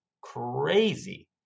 crazy